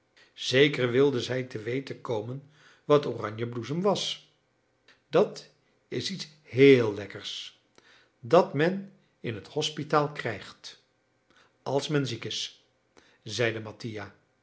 zeker wilde zij te weten komen wat oranjebloesem was dat is iets heel lekkers dat men in het hospitaal krijgt als men ziek is zeide mattia